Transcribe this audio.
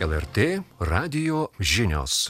lrt radijo žinios